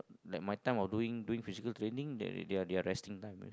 like my time I'm doing doing physical training they their their resting time